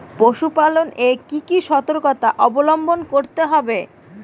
পশুপালন এ কি কি সর্তকতা অবলম্বন করতে হবে?